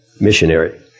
missionary